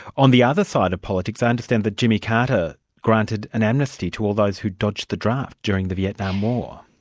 on the other side of politics, i understand that jimmy carter granted an amnesty to all those who'd dodged the draft during the vietnam war.